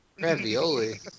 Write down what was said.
Ravioli